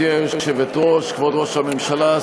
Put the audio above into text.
כבוד ראש הממשלה,